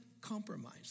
compromise